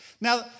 Now